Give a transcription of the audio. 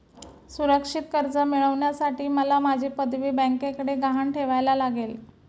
सुरक्षित कर्ज मिळवण्यासाठी मला माझी पदवी बँकेकडे गहाण ठेवायला लागेल